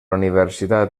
universitat